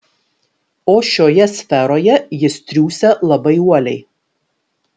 o šioje sferoje jis triūsia labai uoliai